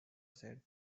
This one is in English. said